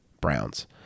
Browns